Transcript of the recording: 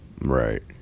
Right